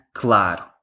claro